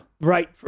Right